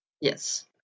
Yes